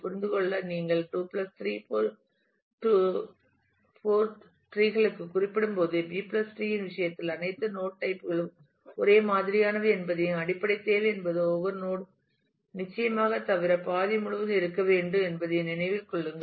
புரிந்துகொள்ள நீங்கள் 2 3 4 டிரீஐ குறிப்பிடும்போது B டிரீB treeஇன் விஷயத்தில் அனைத்து நோட் டைப்களும் ஒரே மாதிரியானவை என்பதையும் அடிப்படைத் தேவை என்பது ஒவ்வொரு நோட் ஐம் நிச்சயமாக தவிர பாதி முழுதும் இருக்க வேண்டும் என்பதையும் நினைவில் கொள்ளுங்கள்